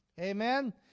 Amen